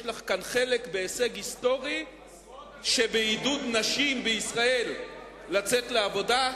יש לך כאן חלק בהישג היסטורי בעידוד נשים בישראל לצאת לעבודה,